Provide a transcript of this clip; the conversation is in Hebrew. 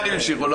המשיכו.